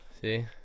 See